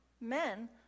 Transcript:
men